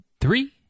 three